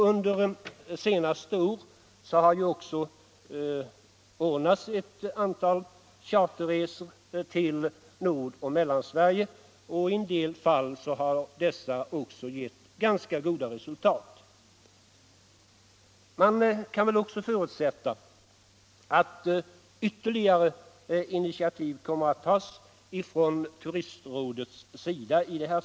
Under senaste året har det också anordnats ett antal charterresor till Nordoch Mellansverige, i en del fall med ganska goda resultat. Man kan väl också förutsätta att ytterligare initiativ kommer att tagas från Turistrådets sida.